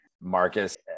Marcus